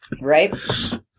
right